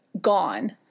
gone